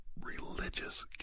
religious